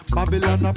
Babylon